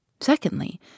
Secondly